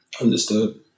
Understood